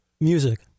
Music